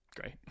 great